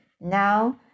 now